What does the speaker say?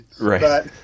Right